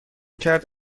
کرد